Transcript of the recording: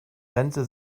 rente